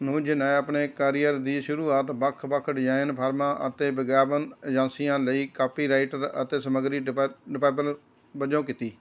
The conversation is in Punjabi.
ਅਨੁਜ ਨੇ ਆਪਣੇ ਕਰੀਅਰ ਦੀ ਸ਼ੁਰੂਆਤ ਵੱਖ ਵੱਖ ਡਿਜ਼ਾਈਨ ਫਰਮਾਂ ਅਤੇ ਵਿਗਿਆਪਨ ਏਜੰਸੀਆਂ ਲਈ ਕਾਪੀਰਾਈਟਰ ਅਤੇ ਸਮੱਗਰੀ ਵਜੋਂ ਕੀਤੀ